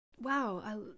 wow